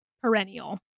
perennial